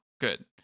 Good